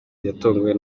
yatunguwe